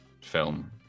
film